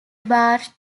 barred